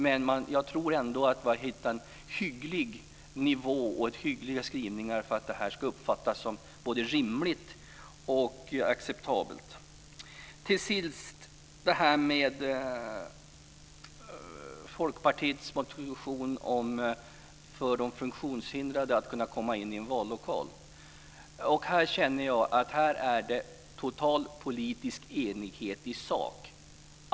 Men jag tror att vi ändå har hittat en hygglig nivå och hyggliga skrivningar för att det här ska uppfattas som både rimligt och acceptabelt. Till sist Folkpartiets motion om möjligheten för de funktionshindrade att komma in i en vallokal. Här känner jag att det är total politisk enighet i sak.